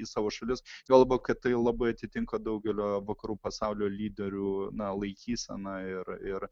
į savo šalis juo labiau kad tai labai atitinka daugelio vakarų pasaulio lyderių na laikyseną ir ir